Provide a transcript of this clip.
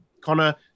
Connor